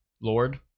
Lord